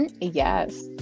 Yes